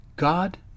God